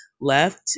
left